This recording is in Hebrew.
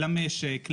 למשק,